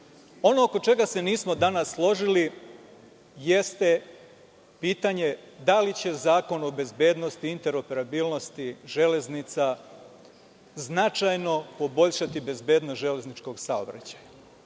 oko čega se nismo danas složili jeste pitanje da li će Zakon o bezbednosti interoperabilnosti železnica značajno poboljšati bezbednost železničkog saobraćaja.